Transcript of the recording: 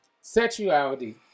sexuality